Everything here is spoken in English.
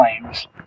claims